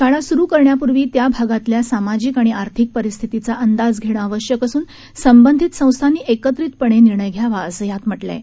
शाळा सुरु करण्यापूर्वी त्या भागातल्या सामाजिक आणि आर्थिक परिस्थितीचा अंदाज घेणं आवश्यक असून संबंधित संस्थांनी एकत्रितपणे निर्णय घ्यावा असं यात म्हटलं आहे